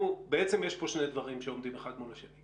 בעצם יש פה שני דברים שעומדים אחד מול השני,